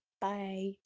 Bye